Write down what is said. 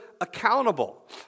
accountable